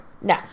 No